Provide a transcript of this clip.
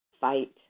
fight